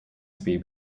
spree